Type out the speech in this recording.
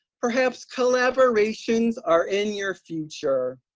perhaps collaborations are in your future.